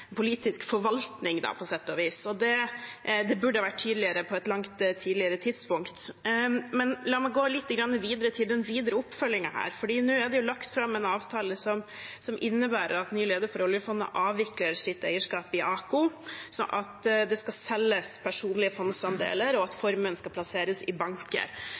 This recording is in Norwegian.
politisk forvaltning, på sett og vis. Det burde ha vært tydeligere på et langt tidligere tidspunkt. La meg gå til den videre oppfølgingen her. Nå er det jo lagt fram en avtale som innebærer at ny leder for oljefondet avvikler sitt eierskap i AKO, at det skal selges personlige fondsandeler, og at formuen skal plasseres i banker.